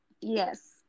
Yes